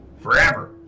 forever